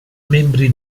membri